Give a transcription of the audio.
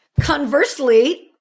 conversely